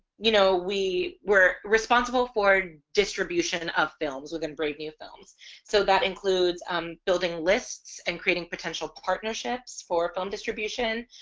you know we were responsible for distribution of films within brave new films so that includes um building lists and creating potential partnerships for film distribution.